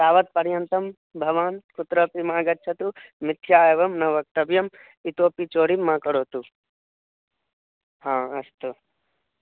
तावत् पर्यन्तं भवान् कुत्रापि मा गच्छतु मिथ्या एवं न वक्तव्यम् इतोपि चौर्यं मा करोतु हा अस्तु